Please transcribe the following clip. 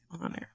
honor